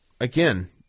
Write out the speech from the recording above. Again